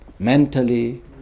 Mentally